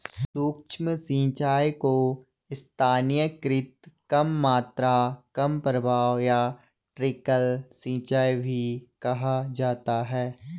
सूक्ष्म सिंचाई को स्थानीयकृत कम मात्रा कम प्रवाह या ट्रिकल सिंचाई भी कहा जाता है